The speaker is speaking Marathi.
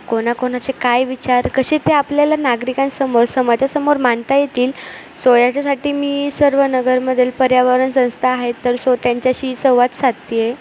कोणाकोणाचे काय विचार कसे ते आपल्याला नागरिकांसमोर समाजासमोर मांडता येतील सो याच्यासाठी मी सर्व नगरमधील पर्यावरण संस्था आहेत तर सो त्यांच्याशी संवाद साधत आहे